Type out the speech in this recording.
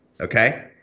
Okay